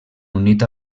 unit